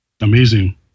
Amazing